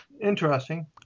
Interesting